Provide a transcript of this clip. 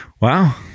Wow